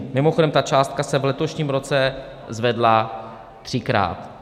Mimochodem, ta částka se v letošním roce zvedla třikrát.